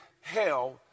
hell